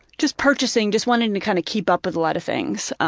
just purchasing just wanting to kind of keep up with a lot of things.